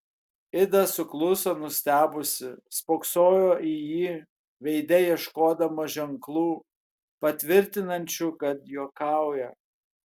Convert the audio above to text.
ida sukluso nustebusi spoksojo į jį veide ieškodama ženklų patvirtinančių kad juokauja